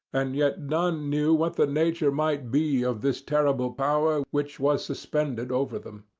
and yet none knew what the nature might be of this terrible power which was suspended over them.